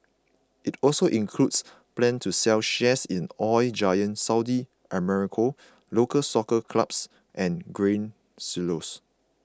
it also includes plans to sell shares in Oil Giant Saudi Aramco Local Soccer Clubs and Grain Silos